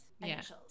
initials